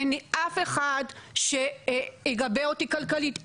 אין לי אף אחד שיגבה אותי כלכלית,